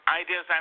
ideas